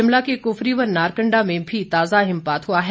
शिमला के कुफरी व नारकंडा में भी ताजा हिमपात हुआ है